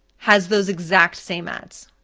has those exact same ads.